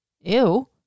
Ew